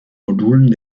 modulen